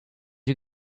you